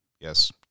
Yes